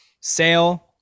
Sale